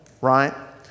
Right